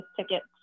tickets